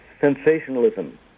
sensationalism